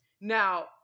now